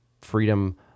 Freedom